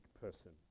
person